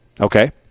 Okay